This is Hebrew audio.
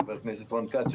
חבר הכנסת רון כץ,